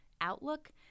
outlook –